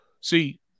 see